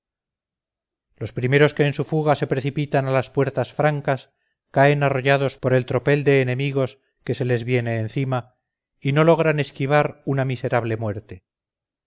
los primeros que en su fuga se precipitan a las puertas francas caen arrollados por el tropel de enemigos que se les viene encima y no logran esquivar una miserable muerte